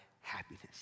happiness